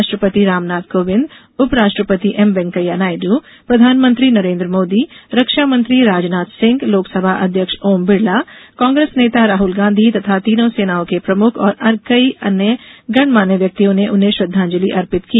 राष्ट्रपति रामनाथ कोविंद उपराष्ट्रपति एम वेंकैया नायडू प्रधानमंत्री नरेन्द्र मोदी रक्षामंत्री राजनाथ सिंह लोकसभा अध्यक्ष ओम बिड़ला कांग्रेस नेता राहुल गांधी तथा तीनों सेनाओं के प्रमुख और कई गणमान्य व्यक्तियों ने उन्हें श्रद्वांजलि अर्पित की